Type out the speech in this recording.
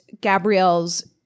Gabrielle's